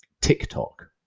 TikTok